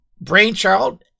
brainchild